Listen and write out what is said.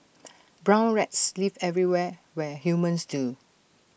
brown rats live everywhere where humans do